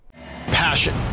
Passion